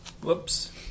Whoops